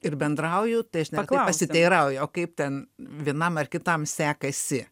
ir bendrauju tai aš net pasiteirauju o kaip ten vienam ar kitam sekasi